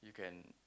you can